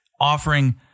offering